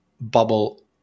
bubble